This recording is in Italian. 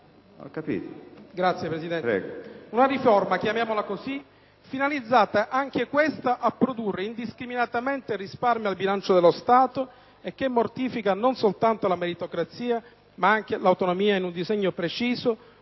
signor Presidente. Tale riforma - definiamola così - è finalizzata anch'essa a produrre indiscriminatamente risparmi al bilancio dello Stato e mortifica non soltanto la meritocrazia, ma anche l'autonomia, in un disegno preciso